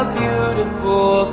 beautiful